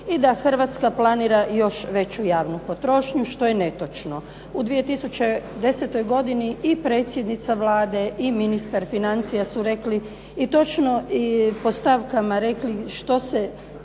i da Hrvatska planira još veću javnu potrošnju, što je netočno. U 2010. godini i predsjednica Vlade i ministar financija su rekli i točno po stavkama rekli što se